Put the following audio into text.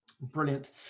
Brilliant